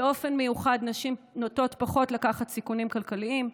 ובמיוחד נשים נוטות פחות לקחת סיכונים כלכליים.